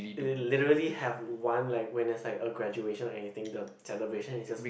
literally have one like when it's like a graduation or anything the celebration is just